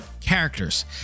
characters